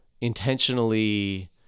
intentionally